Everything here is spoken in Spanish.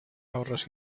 ahorros